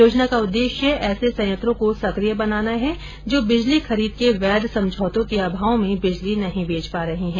योजना का उद्देश्य ऐसे संयंत्रों को सक्रिय बनाना है जो बिजली खरीद के वैध समझौतों के अभाव में बिजली नहीं बेच पा रहे हैं